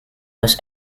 was